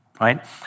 right